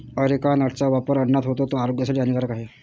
areca नटचा वापर अन्नात होतो, तो आरोग्यासाठी हानिकारक आहे